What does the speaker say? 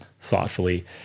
thoughtfully